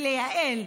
ולייעל,